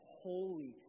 holy